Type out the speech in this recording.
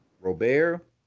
Robert